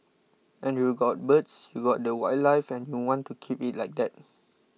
and you've got birds you've got the wildlife and you want to keep it like that